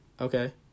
okay